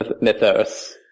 mythos